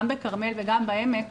גם בכרמל וגם בהעמק,